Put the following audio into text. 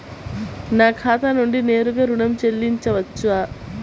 నా ఖాతా నుండి నేరుగా ఋణం చెల్లించవచ్చా?